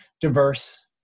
diverse